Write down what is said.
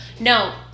No